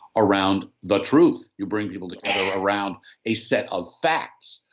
around the truth. you bring people together around a set of facts.